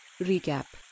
Recap